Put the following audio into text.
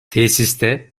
tesiste